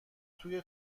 توی